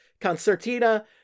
concertina